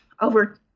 over